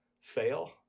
Fail